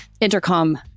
Intercom